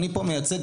אני מייצג פה,